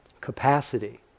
capacity